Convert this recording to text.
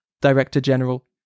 Director-General